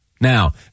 Now